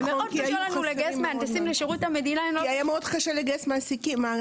ומאוד קשה לנו לגייס מהנדסים לשירות המדינה היה מאוד קשה לגייס מהנדסים,